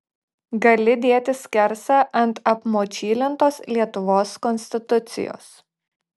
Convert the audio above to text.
gali dėti skersą ant apmočylintos lietuvos konstitucijos